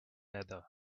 better